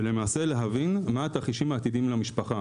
ולמעשה להבין מה התרחישים העתידיים למשפחה,